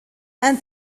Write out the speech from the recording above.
and